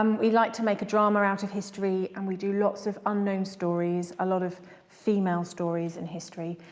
um we like to make a drama out of history and we do lots of unknown stories. a lot of female stories in history.